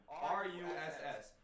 R-U-S-S